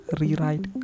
rewrite